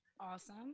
Awesome